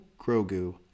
Grogu